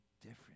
different